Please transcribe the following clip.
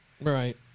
Right